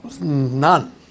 none